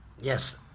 Yes